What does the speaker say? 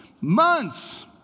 months